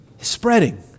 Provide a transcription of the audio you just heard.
Spreading